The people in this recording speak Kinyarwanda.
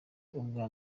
ubwa